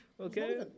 Okay